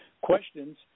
questions